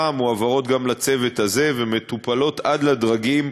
מועברות גם לצוות הזה ומטופלות עד לדרגים